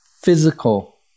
physical